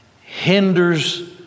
hinders